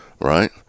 Right